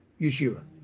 Yeshua